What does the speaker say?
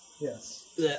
Yes